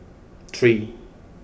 three